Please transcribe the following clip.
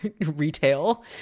retail